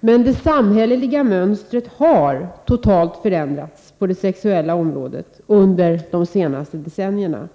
Men det samhälleliga mönstret på det sexuella området har totalt förändrats under de senaste decennierna.